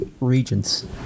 regions